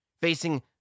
facing